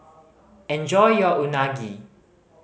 enjoy your Unagi